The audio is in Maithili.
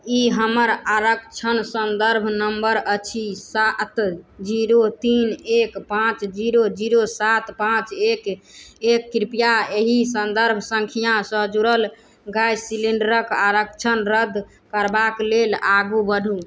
ई हमर आरक्षण सन्दर्भ नम्बर अछि सात जीरो तीन एक पाँच जीरो जीरो सात पाँच एक एक कृपया एहि सन्दर्भ सङ्ख्यासँ जुड़ल गैस सिलेंडरक आरक्षण रद्द करबाक लेल आगु बढ़ु